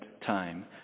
time